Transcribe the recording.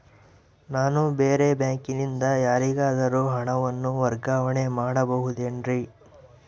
ನಾನು ಬೇರೆ ಬ್ಯಾಂಕಿನಿಂದ ಯಾರಿಗಾದರೂ ಹಣವನ್ನು ವರ್ಗಾವಣೆ ಮಾಡಬಹುದೇನ್ರಿ?